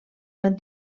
van